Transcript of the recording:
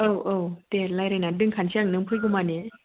औ औ दे रायज्लायनानै दोनखानोसै आं नों फैगौमानि